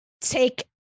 take